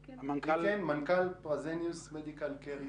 איקן, מנכ"ל פרזניוס מדיקל קר ישראל,